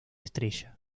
estrella